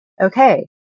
okay